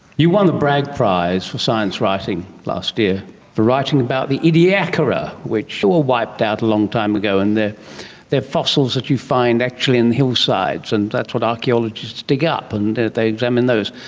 you won the bragg prize for science writing last year for writing about the ediacara, which were wiped out a long time ago, and they are fossils that you find actually in the hillsides and that's what archaeologists dig up and they examine those.